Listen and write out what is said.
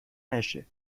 نشه